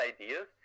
ideas